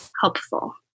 helpful